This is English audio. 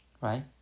Right